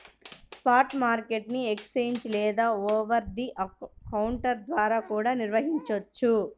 spot market ని exchange లేదా over the counter ద్వారా కూడా నిర్వహించొచ్చు